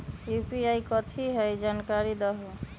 UPI कथी है? जानकारी दहु